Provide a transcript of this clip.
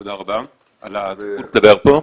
תודה רבה על הזכות לדבר פה.